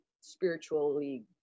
spiritually